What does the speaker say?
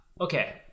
okay